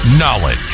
Knowledge